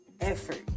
effort